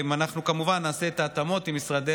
נעשה, כמובן, את ההתאמות עם משרדי